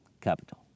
capital